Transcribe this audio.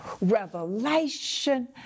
revelation